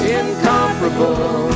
incomparable